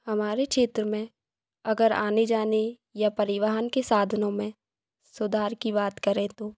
हमारे क्षेत्र में अगर आने जाने या परिवहन के साधनों में सुधार की बात करें तो